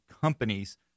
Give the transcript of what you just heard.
companies